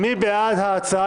מי בעד ההצעה